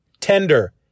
tender